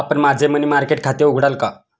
आपण माझे money market खाते उघडाल का?